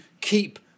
keep